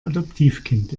adoptivkind